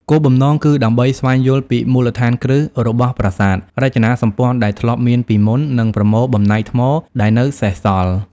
គោលបំណងគឺដើម្បីស្វែងយល់ពីមូលដ្ឋានគ្រឹះរបស់ប្រាសាទ រចនាសម្ព័ន្ធដែលធ្លាប់មានពីមុន និងប្រមូលបំណែកថ្មដែលនៅសេសសល់។